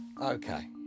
Okay